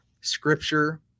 scripture